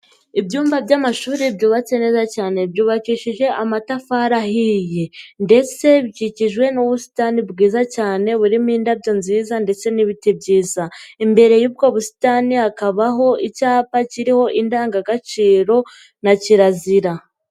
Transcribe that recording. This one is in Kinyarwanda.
Ibyumba by'amashuri byubatse neza cyane, byubakishije amatafari ahiye ndetse bikikijwe n'ubusitani bwiza cyane burimo indabyo nziza ndetse n'ibiti byiza, imbere y'ubwo busitani hakabaho icyapa kiriho indangagaciro na kirazira.